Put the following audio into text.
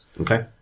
Okay